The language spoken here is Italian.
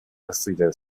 offrire